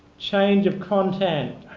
change of content.